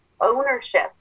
ownership